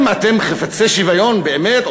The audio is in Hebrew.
אם אתם חפצי שוויון באמת,